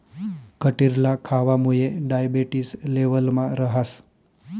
कटिरला खावामुये डायबेटिस लेवलमा रहास